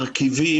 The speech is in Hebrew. מרכיבים,